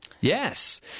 Yes